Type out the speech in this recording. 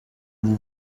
vous